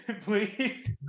Please